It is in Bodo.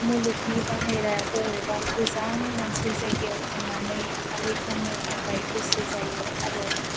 मुलुगनि बायह्रा बबेबा गोजान मोनसे जायगायाव थांनानै थाहैथ'नो थाखाय गोसो जायो आरो